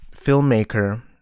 filmmaker